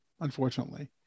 unfortunately